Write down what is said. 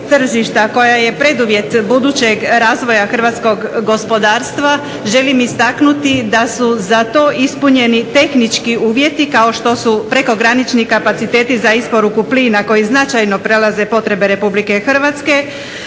koja je preduvjet budućeg razvoja hrvatskog gospodarstva želim istaknuti da su za to ispunjeni tehnički uvjeti kao što su prekogranični kapaciteti za isporuku plina koji značajno prelaze potrebe Republike Hrvatske,